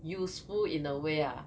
useful in a way ah